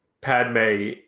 Padme